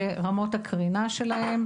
ורמות הקרינה שלהם.